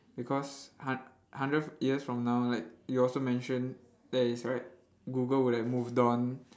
because hu~ hundred years from now like you also mention that is right google would have moved on